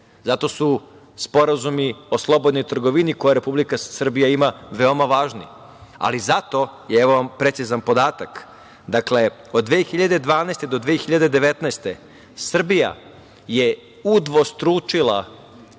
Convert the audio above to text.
šire. Zato su sporazumi o slobodnoj trgovini koje Republika Srbija ima veoma važni, ali zato, evo vam precizan podatak, od 2012. do 2019. godine Srbija je udvostručila